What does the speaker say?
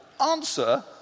answer